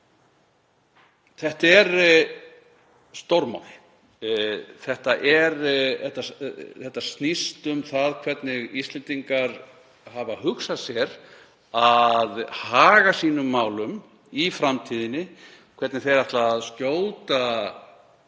Þetta er stórmál. Þetta snýst um það hvernig Íslendingar hafa hugsað sér að haga málum sínum í framtíðinni, hvernig þeir ætla að skjóta